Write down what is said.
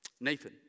Nathan